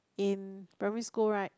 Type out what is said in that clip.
in primary school right in